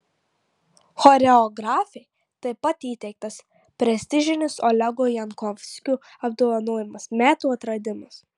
choreografei taip pat įteiktas prestižinis olego jankovskio apdovanojimas metų atradimas